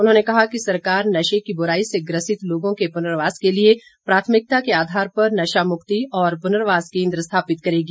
उन्होंने कहा कि सरकार नशे की बुराई से ग्रसित लोगों के पुनर्वास के लिए प्राथमिकता के आधार पर नशा मुक्ति और पुनर्वास केंद्र स्थापित करेगी